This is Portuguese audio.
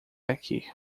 aqui